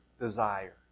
desire